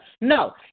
No